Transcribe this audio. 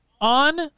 on